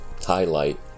highlight